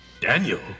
Daniel